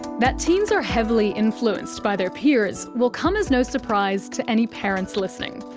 that teens are heavily influenced by their peers will come as no surprise to any parents listening,